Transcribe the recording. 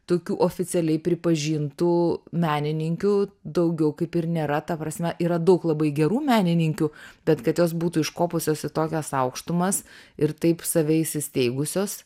tokių oficialiai pripažintų menininkių daugiau kaip ir nėra ta prasme yra daug labai gerų menininkių bet kad jos būtų iškopusios į tokias aukštumas ir taip save įsisteigusios